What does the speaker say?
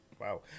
Wow